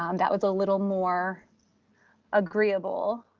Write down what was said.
um that was a little more agreeable,